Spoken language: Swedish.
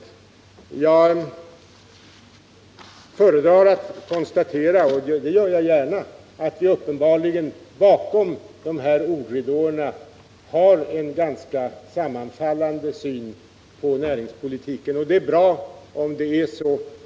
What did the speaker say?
Jag föredrar att konstatera — och det gör jag gärna — att vi uppenbarligen bakom de här ordridåerna har en ganska sammanfallande syn på näringspolitiken. Det är bra om det är så.